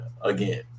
again